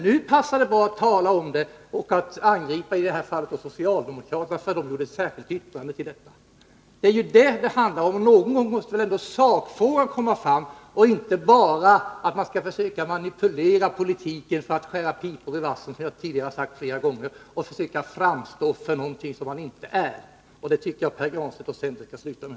Nu passar det emellertid bra att ta upp den och att angripa socialdemokraterna för deras särskilda yttrande till betänkandet. Det är detta det handlar om. Någon gång måste man väl diskutera sakfrågan och inte bara manipulera politiken och försöka framstå som någonting som man inte är. Detta tycker jag att Pär Granstedt och centern skall sluta med.